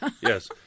Yes